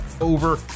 Over